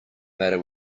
matter